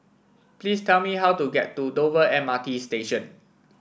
please tell me how to get to Dover M R T Station